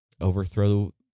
overthrow